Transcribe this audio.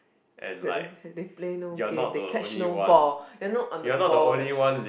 they they play no game they catch no ball they are not on the ball that's why